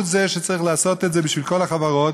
הוא זה שצריך לעשות את זה בשביל כל החברות,